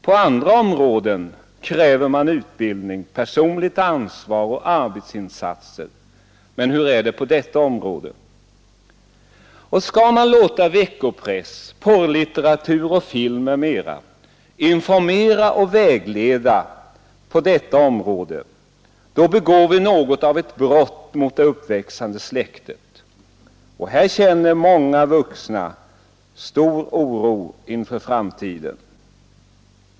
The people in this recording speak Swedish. På andra områden kräver vi utbildning, personligt ansvar och arbetsinsatser, men hur är det på det här området ? Skall vi där låta veckopress, porrlitteratur och film m.m. informera och vägleda, då begår ktet. Här känner många vi något av ett brott mot det uppväxande vuxna stor oro inför framtiden.